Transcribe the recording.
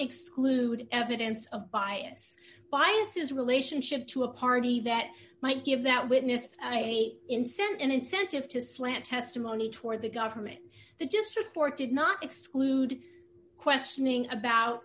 exclude evidence of bias biases relationship to a party that might give that witness incent an incentive to slant testimony toward the government the just report did not exclude questioning about